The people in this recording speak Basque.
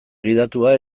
gidatua